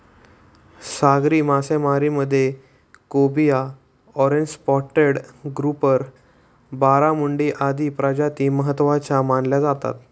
सागरी मासेमारीमध्ये cobia, orange spotted grouper, barramundi आदी प्रजाती महत्त्वाच्या मानल्या जातात